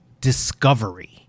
discovery